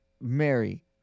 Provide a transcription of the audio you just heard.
Mary